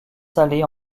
salés